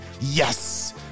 yes